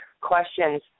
questions